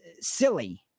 silly